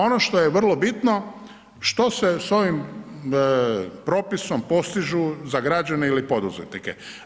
Ono što je vrlo bitno što se s ovim propisom postiže za građane ili poduzetnike.